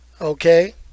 okay